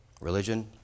religion